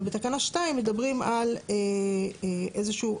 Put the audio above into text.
ובתקנה 2 מדברים על איזה שהוא,